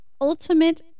ultimate